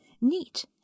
neat